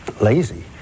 lazy